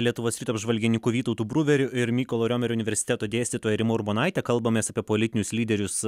lietuvos ryto apžvalgininku vytautu bruveriu ir mykolo riomerio universiteto dėstytoja rima urbonaite kalbamės apie politinius lyderius